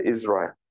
Israel